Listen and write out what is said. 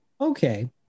Okay